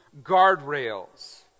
guardrails